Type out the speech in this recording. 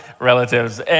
relatives